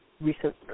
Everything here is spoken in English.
recent